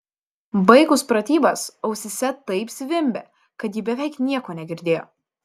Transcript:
baigus pratybas ausyse taip zvimbė kad ji beveik nieko negirdėjo